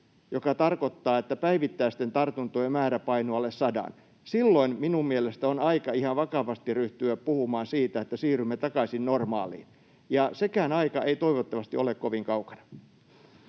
joka tarkoittaa, että päivittäisten tartuntojen määrä painuu alle sadan — minun mielestäni on aika ihan vakavasti ryhtyä puhumaan siitä, että siirrymme takaisin normaaliin, ja sekään aika ei toivottavasti ole kovin kaukana.